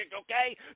okay